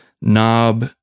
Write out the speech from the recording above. knob